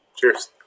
Cheers